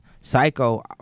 Psycho